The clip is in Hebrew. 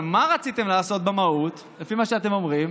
אבל מה רציתם לעשות במהות, לפי מה שאתם אומרים,